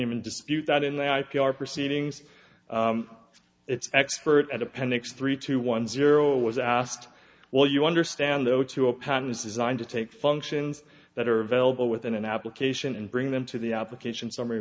even dispute that in the i p r proceedings it's expert at appendix three two one zero was asked well you understand though to a patent is designed to take functions that are available within an application and bring them to the application summ